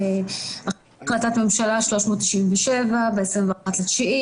לפי החלטת הממשלה 397 ב-21 לספטמבר,